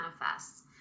manifests